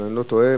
אם אני לא טועה,